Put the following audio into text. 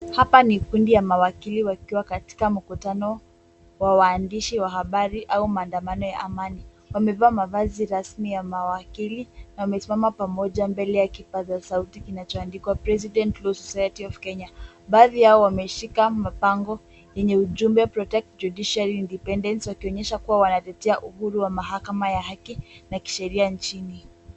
Hapa ni kundi ya mawakili wakiwa katika mkutano wa waandishi wa habari au maandamo ya amani. Wamevaa mavazi rasmi ya mawakili na wamesimama pamoja mbele ya kipaza sauti kinachoandikwa president law society of Kenya . Baadhi yao wameshika mabango yenye ujumbe protect judiciary independence wakionyesha kuwa wanatetea uhuru wa mahakama ya haki na kisheria nchini.